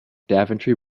daventry